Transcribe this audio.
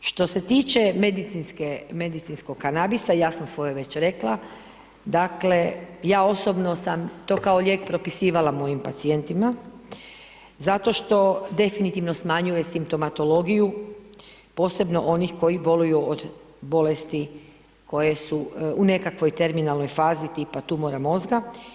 Što se tiče medicinskog kanabisa, ja sam svoje već rekla, dakle, ja osobno sam to kao lijek propisivala mojim pacijentima zato što definitivno smanjuje simptomatologiju, posebno onih koji boluju od bolesti koje su u nekakvoj terminalnoj fazi, tipa tumora mozga.